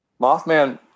Mothman